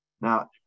Now